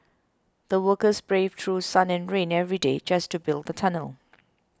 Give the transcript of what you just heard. the workers braved through sun and rain every day just to build the tunnel